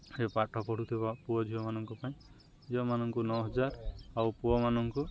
ହେ ପାଠ ପଢ଼ୁଥିବା ପୁଅ ଝିଅମାନଙ୍କ ପାଇଁ ଝିଅମାନଙ୍କୁ ନଅହଜାର ଆଉ ପୁଅମାନଙ୍କୁ